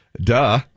duh